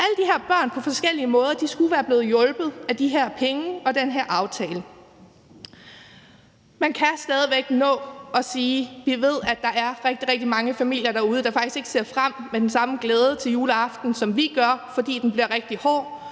Alle de her børn skulle på forskellige måder være blevet hjulpet af de her penge og den her aftale. Man kan stadig væk nå det, for vi ved, at der er rigtig, rigtig mange familier derude, der faktisk ikke ser frem til juleaften med den samme glæde, som vi gør, fordi den bliver rigtig hård